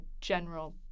general